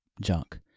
junk